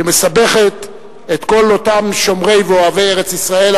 שמסבכת את כל אותם שומרי ואוהבי ארץ-ישראל,